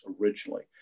originally